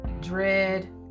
dread